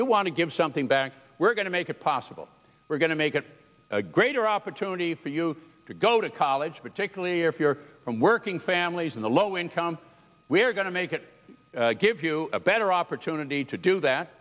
you want to give something back we're going to make it possible we're going to make it a greater opportunity for you to go oh to college particularly if you're from working families in the low income we're going to make it give you a better opportunity to do that